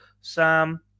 Sam